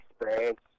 experience